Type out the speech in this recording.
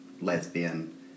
lesbian